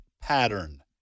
pattern